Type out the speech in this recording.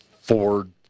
Ford